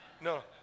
no